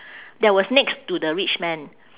that was next to the rich man